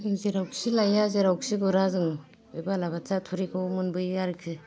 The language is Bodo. जेरावखि लाया जेरावखि गुरा जों बे बालाबाथिया थुरिखौ मोनबोयो आरखि